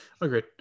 Agreed